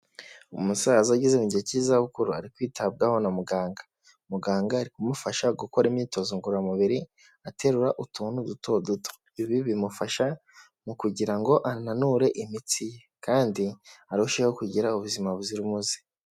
Umusaza ageze mu gihe cy'izabukuru ari kwitabwaho na muganga, muganga umufasha gukora imyitozo ngororamubiri aterura utuntu duto duto, ibi bimufasha mu kugira ngo ananure imitsi ye, kandi arusheho kugira ubuzima buzira umuze.